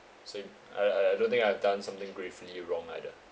same I I I don't think I've done something gravely wrong either